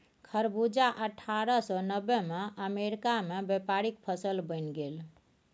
खरबूजा अट्ठारह सौ नब्बेमे अमेरिकामे व्यापारिक फसल बनि गेल